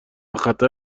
خطر